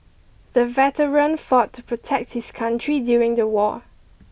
the veteran fought to protect his country during the war